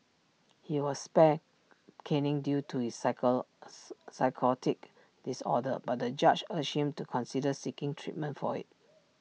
he was spared caning due to his psycho psychotic disorder but the judge urged him to consider seeking treatment for IT